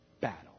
Battle